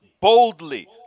boldly